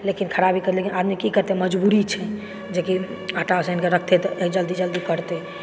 लेकिन खराबी करतै लेकिन आदमी की करतै मजबुरी छै जे कि आटा सानिकऽ रखतै तऽ जल्दी जल्दी करतै